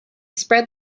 spread